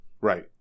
Right